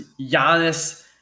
Giannis